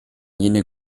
jene